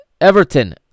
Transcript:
Everton